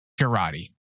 Karate